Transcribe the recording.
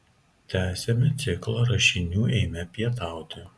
tęsiame ciklą rašinių eime pietauti